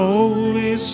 Holy